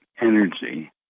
energy